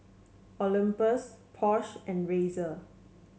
Olympus Porsche and Razer